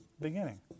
beginning